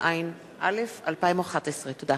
נוכל אולי לגבש כהצעה מטעם הכנסת כולה,